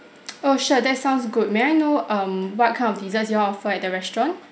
oh sure that sounds good may I know um what kind of desserts y'all offer at the restaurant